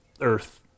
earth